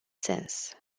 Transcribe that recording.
sens